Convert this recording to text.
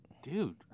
Dude